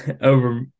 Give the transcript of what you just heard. over